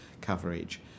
coverage